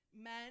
men